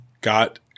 got